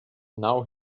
now